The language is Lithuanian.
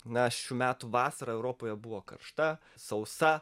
na šių metų vasara europoje buvo karšta sausa